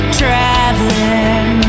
traveling